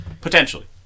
Potentially